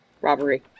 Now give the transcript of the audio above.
robbery